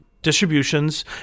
distributions